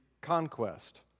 conquest